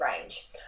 range